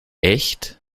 echt